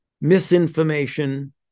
misinformation